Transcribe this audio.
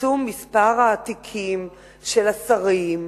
צמצום מספר התיקים של השרים.